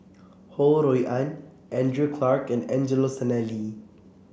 Ho Rui An Andrew Clarke and Angelo Sanelli